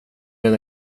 med